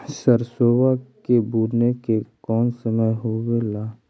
सरसोबा के बुने के कौन समय होबे ला?